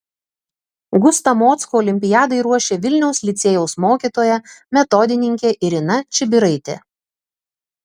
gustą mockų olimpiadai ruošė vilniaus licėjaus mokytoja metodininkė irina čibiraitė